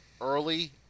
early